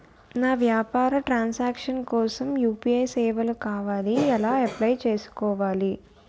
నా వ్యాపార ట్రన్ సాంక్షన్ కోసం యు.పి.ఐ సేవలు కావాలి ఎలా అప్లయ్ చేసుకోవాలి?